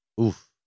Oof